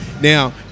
Now